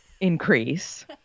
increase